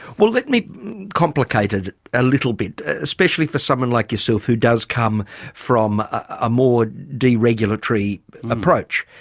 well let me complicate it a little bit, especially for someone like yourself who does come from a more deregulatory approach.